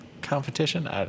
competition